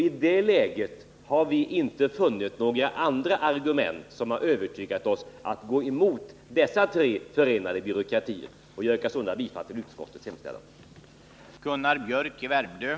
I det läget har vi inte funnit några andra argument som har övertygat oss om att vi bör gå emot dessa tre instanser. Jag yrkar sålunda bifall till utskottets hemställan.